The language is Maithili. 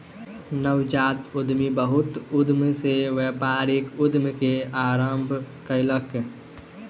नवजात उद्यमी बहुत उमेद सॅ व्यापारिक उद्यम के आरम्भ कयलक